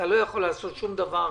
אתה לא יכול לעשות שום דבר.